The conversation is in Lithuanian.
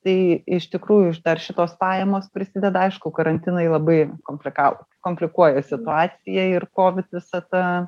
tai iš tikrųjų iš dar šitos pajamos prisideda aišku karantinai labai komplikavo komplikuoja situaciją ir kovit visa ta